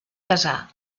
casar